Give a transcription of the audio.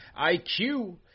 IQ